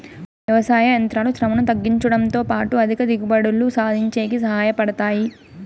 వ్యవసాయ యంత్రాలు శ్రమను తగ్గించుడంతో పాటు అధిక దిగుబడులు సాధించేకి సహాయ పడతాయి